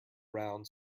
round